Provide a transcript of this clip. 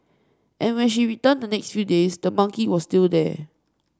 and when she returned the next few days the monkey was still there